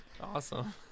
Awesome